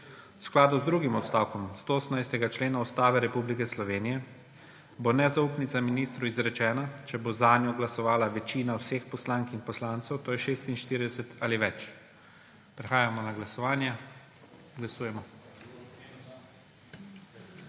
skladu z drugim odstavkom 118. člena Ustave Republike Slovenije bo nezaupnica ministru izrečena, če bo zanjo glasovala večina vseh poslank in poslancev, to je 46 ali več. Prehajamo na glasovanje. Glasujemo.